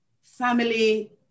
family